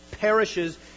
perishes